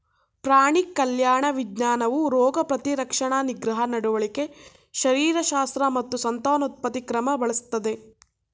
ಪ್ರಾಣಿ ಕಲ್ಯಾಣ ವಿಜ್ಞಾನವು ರೋಗ ಪ್ರತಿರಕ್ಷಣಾ ನಿಗ್ರಹ ನಡವಳಿಕೆ ಶರೀರಶಾಸ್ತ್ರ ಮತ್ತು ಸಂತಾನೋತ್ಪತ್ತಿ ಕ್ರಮ ಬಳಸ್ತದೆ